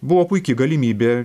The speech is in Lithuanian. buvo puiki galimybė